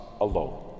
alone